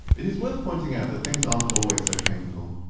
it is worth pointing out that things aren't always so painful.